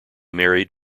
married